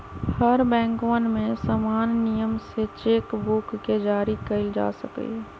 हर बैंकवन में समान नियम से चेक बुक के जारी कइल जा सका हई